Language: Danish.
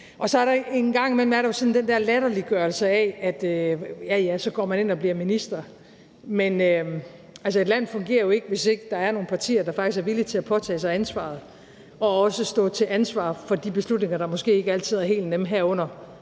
er der jo sådan den der latterliggørelse af, at ja ja, så går man ind og bliver minister. Men altså, et land fungerer jo ikke, hvis ikke der er nogle partier, der faktisk er villige til at påtage sig ansvaret og også stå til ansvar for de beslutninger, der måske ikke altid er helt nemme, herunder